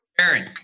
Aaron